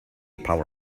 power